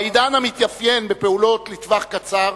בעידן המתאפיין בפעולות לטווח קצר,